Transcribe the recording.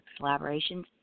collaborations